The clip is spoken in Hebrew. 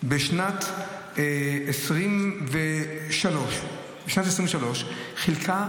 בשנת 2023 עיריית תל אביב חילקה